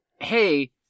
hey